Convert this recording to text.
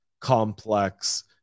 complex